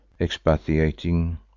expatiating